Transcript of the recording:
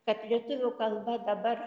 kad lietuvių kalba dabar